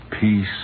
peace